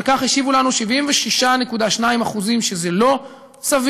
על כך השיבו לנו 76.2% שזה לא סביר,